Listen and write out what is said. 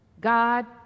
God